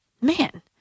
man